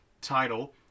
title